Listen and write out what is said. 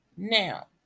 Now